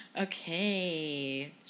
okay